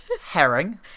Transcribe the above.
Herring